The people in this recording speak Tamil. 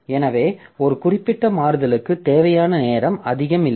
எனவே ஒரு குறிப்பிட்ட மாறுதலுக்குத் தேவையான நேரம் அதிகம் இல்லை